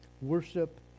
Worship